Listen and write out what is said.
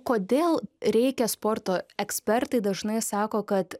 kodėl reikia sporto ekspertai dažnai sako kad